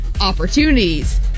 opportunities